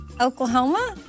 Oklahoma